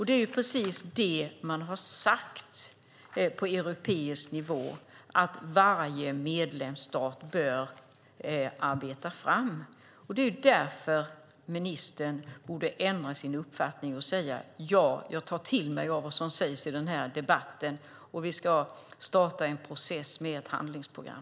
Det är precis det man har sagt på europeisk nivå att varje medlemsstat bör arbeta fram. Det är därför ministern borde ändra sin uppfattning och säga: Ja, jag tar till mig vad som sägs i den här debatten. Vi ska starta en process med att ta fram ett handlingsprogram.